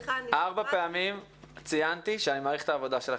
ארבע פעמים ציינתי שאני מעריך את העבודה שלכם.